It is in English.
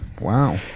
Wow